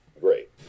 great